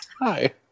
Hi